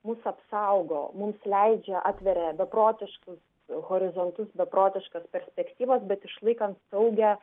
mus apsaugo mums leidžia atveria beprotiškus horizontus beprotiškas perspektyvas bet išlaikant saugią